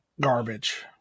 garbage